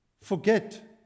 forget